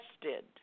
tested